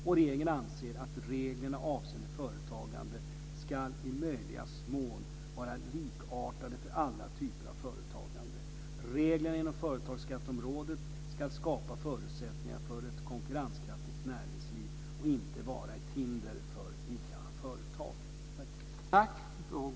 Regeringen anser att reglerna avseende företagande ska i möjligaste mån vara likartade för alla typer av företagande. Reglerna inom företagsskatteområdet ska skapa förutsättningar för ett konkurrenskraftigt näringsliv och inte vara ett hinder för nya företag.